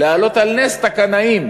להעלות על נס את הקנאים.